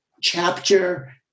chapter